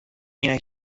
اینه